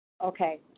Okay